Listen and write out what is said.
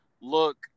look